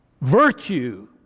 virtue